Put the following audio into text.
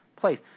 place